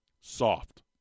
Soft